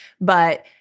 But-